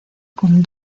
con